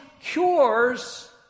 cures